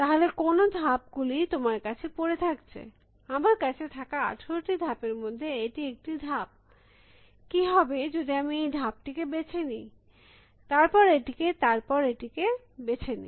তাহলে কোন ধাপ গুলি তোমার কাছে পরে থাকছে আমার কাছে থাকা 18টি ধাপের মধ্যে এটি একটি ধাপ কী হবে যদি আমি এই ধাপ টিকে বেছে নি তারপর এটিকে তার পর এটিকে বেছে নি